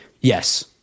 yes